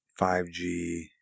5G